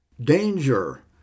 danger